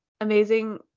amazing